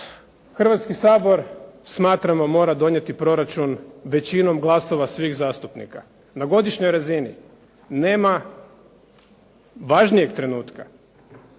Hrvatski sabor smatramo mora donijeti proračun većinom glasova svih zastupnika. Na godišnjoj razini nema važnijeg trenutka